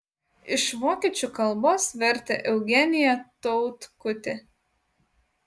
iš vokiečių kalbos vertė eugenija tautkutė